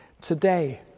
Today